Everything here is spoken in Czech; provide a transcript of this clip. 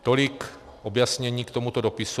Tolik objasnění k tomuto dopisu.